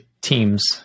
teams